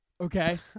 okay